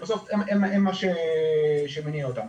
שבסוף הם מה שמניע אותנו,